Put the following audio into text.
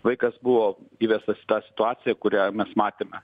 vaikas buvo įvestas į tą situaciją kurią mes matėme